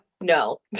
no